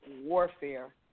Warfare